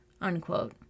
unquote